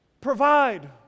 Provide